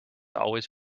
always